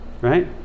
Right